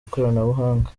ikoranabuhanga